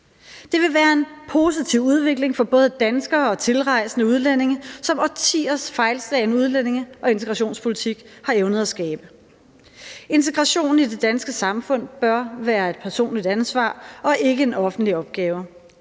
Det vil være en positiv udvikling for både danskere og tilrejsende udlændinge, som årtiers fejlslagen udlændinge- og integrationspolitik ikke har evnet at skabe. Integrationen i det danske samfund bør være et personligt ansvar og ikke en offentlig opgave.